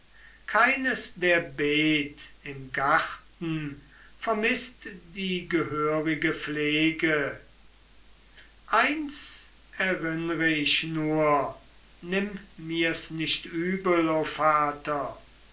keines der beet im garten vermißt die gehörige pflege eins erinnre ich nur nimm mir's nicht übel o vater